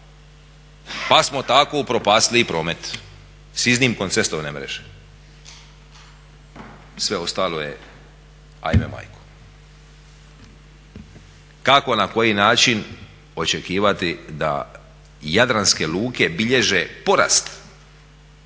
pa smo tako upropastili i promet s iznimkom cestovne mreže. Sve ostalo je ajme majko. Kako na koji način očekivati da jadranske luke bilježe porast